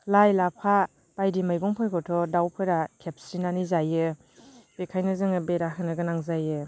लाइ लाफा बायदि मैगंफोरखौथ' दाउफोरा खेबस्रिनानै जायो बेखायनो जोङो बेरा होनोगोनां जायो